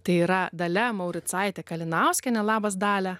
tai yra dalia mauricaitė kalinauskienė labas dalia